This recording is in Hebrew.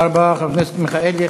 תודה רבה לחבר הכנסת מיכאלי.